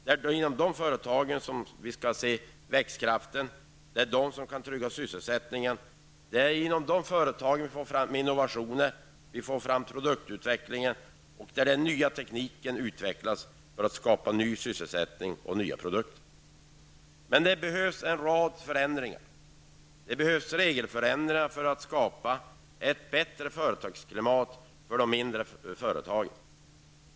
Det är dessa företag som kommer att ha växtkraften och trygga sysselsättningen. Det är i dessa företag som vi får se innovationer, produktutveckling och som den nya tekniken utvecklas för att skapa ny sysselsättning. Men det behövs en rad förändringar. Det behövs regelförändringar för att skapa ett bättre företagsklimat för de mindre företagen.